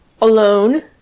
alone